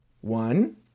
One